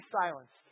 silenced